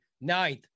ninth